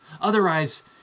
Otherwise